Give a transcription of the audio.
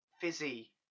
fizzy